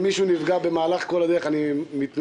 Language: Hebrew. אם מישהו נפגע במהלך כל הדרך, אני מתנצל.